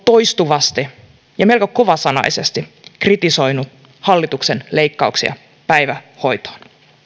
toistuvasti ja melko kovasanaisesti kritisoinut hallituksen leikkauksia päivähoitoon